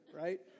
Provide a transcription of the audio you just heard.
right